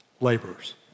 Laborers